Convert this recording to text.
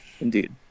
Indeed